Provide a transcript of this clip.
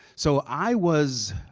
so, i was